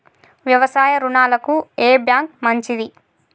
వ్యవసాయ రుణాలకు ఏ బ్యాంక్ మంచిది?